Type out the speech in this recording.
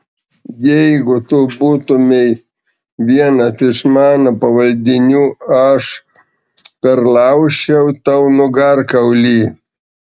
jeigu tu būtumei vienas iš mano pavaldinių aš perlaužčiau tau nugarkaulį